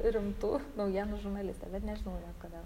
rimtų naujienų žurnalistė bet nežinau net kodėl